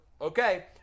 Okay